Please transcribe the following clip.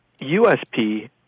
USP